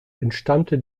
entstammte